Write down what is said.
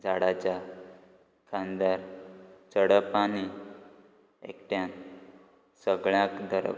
झाडाच्या खांद्यार चडप आनी एकट्यान सगळ्याक धरप